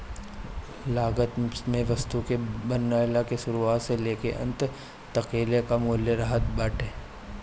लागत में वस्तु के बनला के शुरुआत से लेके अंत तकले कअ मूल्य रहत बाटे